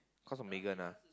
cause of Megan ah